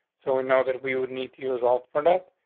so now that we would need to use out for that.